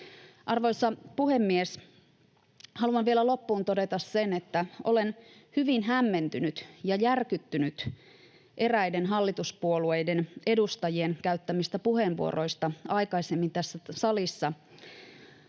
Arvoisa puhemies! Haluan vielä loppuun todeta, että olen hyvin hämmentynyt ja järkyttynyt eräiden hallituspuolueiden edustajien käyttämistä puheenvuoroista aikaisemmin tässä salissa,